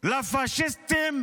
לפשיסטים,